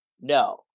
No